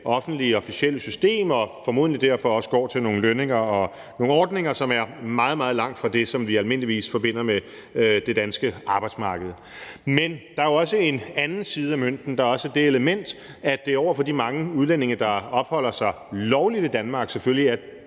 offentlige og officielle system, og som formentlig derfor også går til nogle lønninger og nogle ordninger, som er meget, meget langt fra det, som vi almindeligvis forbinder med det danske arbejdsmarked. Men der er jo også en anden side af mønten. Der er også det element, at det over for de mange udlændinge, der opholder sig lovligt i Danmark, selvfølgelig